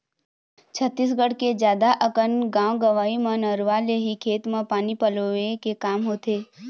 छत्तीसगढ़ के जादा अकन गाँव गंवई म नरूवा ले ही खेत म पानी पलोय के काम होथे